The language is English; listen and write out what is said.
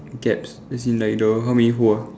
gaps as in like the how many hole